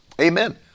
Amen